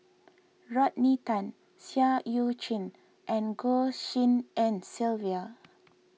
Rodney Tan Seah Eu Chin and Goh Tshin En Sylvia